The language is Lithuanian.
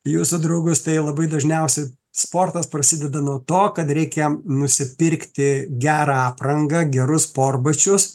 jūsų draugus tai labai dažniausiai sportas prasideda nuo to kad reikia nusipirkti gerą aprangą gerus sportbačius